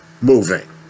moving